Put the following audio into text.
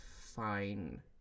fine